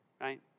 right